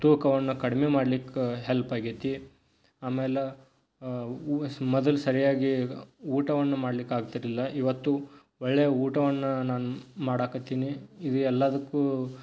ತೂಕವನ್ನು ಕಡಿಮೆ ಮಾಡ್ಲಿಕ್ಕೆ ಹೆಲ್ಪಾಗೈತಿ ಆಮೇಲೆ ಮೊದಲು ಸರಿಯಾಗಿ ಊಟವನ್ನು ಮಾಡ್ಲಿಕ್ಕೆ ಆಗ್ತಿರಲಿಲ್ಲ ಇವತ್ತು ಒಳ್ಳೆಯ ಊಟವನ್ನು ನಾನು ಮಾಡೋಕತ್ತೀನಿ ಇದು ಎಲ್ಲದಕ್ಕೂ